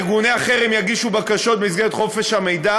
ארגוני החרם יגישו בקשות במסגרת חופש המידע